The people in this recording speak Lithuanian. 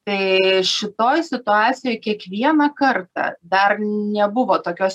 tai šitoj situacijoj kiekvieną kartą dar nebuvo tokios